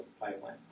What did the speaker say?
pipeline